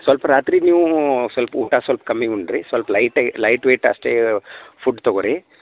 ಸೊಲ್ಪ ರಾತ್ರಿ ನೀವು ಸೊಲ್ಪ ಊಟ ಸೊಲ್ಪ ಕಮ್ಮಿ ಉಣ್ರಿ ಸೊಲ್ಪ ಲೈಟಾಯ್ ಲೈಟ್ ವೆಯ್ಟ್ ಅಷ್ಟೇ ಫುಡ್ ತಗೋರಿ